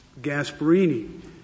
Gasparini